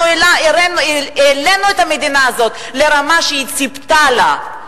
אנחנו העלינו את המדינה הזאת לרמה שהיא ציפתה לה,